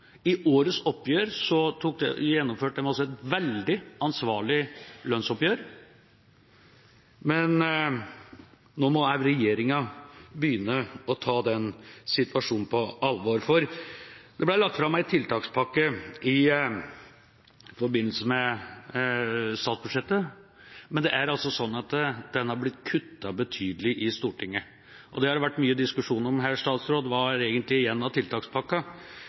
I årets oppgjør gjennomførte de et veldig ansvarlig lønnsoppgjør. Men nå må også regjeringa begynne å ta den situasjonen på alvor. Det ble lagt fram en tiltakspakke i forbindelse med statsbudsjettet, men den er blitt kuttet betydelig i Stortinget. Det har vært mye diskusjon her om hva som egentlig er igjen av